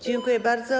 Dziękuję bardzo.